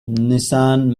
nissan